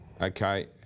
Okay